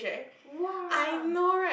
!wow!